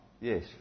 Yes